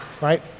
right